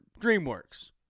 DreamWorks